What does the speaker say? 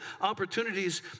opportunities